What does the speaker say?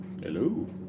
Hello